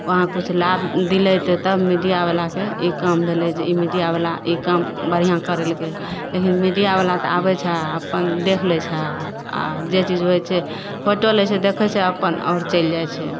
वहाँ किछु लाभ दिलेतय तब मीडियावला के ई काम भेलय जे ई मीडियावला ई काम बढ़िआँ करेलकय लेकिन मीडियावला तऽ आबय छै आओर अपन देख लै छै आओर जे चीज होइ छै फोटो लै छै देखय छै अपन आओर चलि जाइ छै